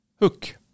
Hook